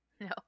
No